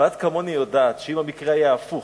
ואת כמוני יודעת שאם המקרה היה הפוך,